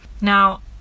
Now